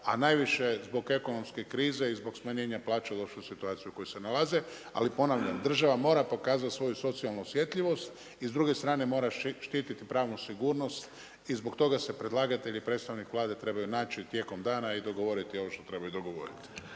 a najviše zbog ekonomske krize i zbog smanjena plaće došli u situaciju u kojoj se nalaze, ali ponavljam, država mora pokazati svoju socijalnu osjetljivost i s druge strane mora štiti pravnu sigurnost i zbog toga se predlagatelji i predstavnik Vlade trebaju naći tijekom dana i dogovoriti ono što trebaju dogovoriti.